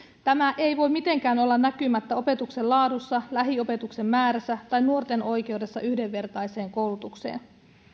tämä ei voi mitenkään olla näkymättä opetuksen laadussa lähiopetuksen määrässä tai nuorten oikeudessa yhdenvertaiseen koulutukseen